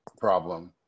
problem